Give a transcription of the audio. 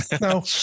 no